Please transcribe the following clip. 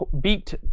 beat